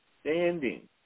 standing